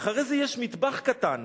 "אחרי זה יש מטבח קטן,